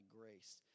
grace